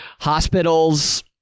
hospitals